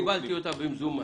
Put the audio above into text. אז קיבלתי אותה במזומן.